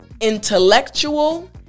intellectual